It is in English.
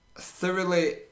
thoroughly